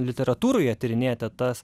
literatūroje tyrinėjate tas